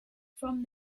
from